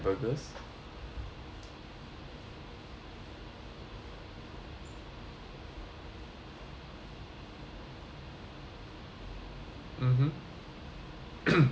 mmhmm